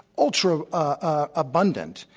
ultra ah abundant,